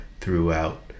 throughout